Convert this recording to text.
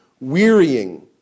wearying